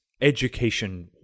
education